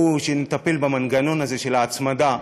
שנטפל במנגנון הזה של ההצמדה,